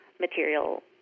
material